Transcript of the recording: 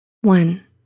One